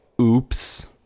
Oops